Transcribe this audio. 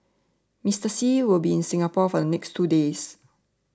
Mister Xi will be in Singapore for the next two days